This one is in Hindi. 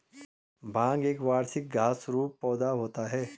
भांग एक वार्षिक घास रुपी पौधा होता है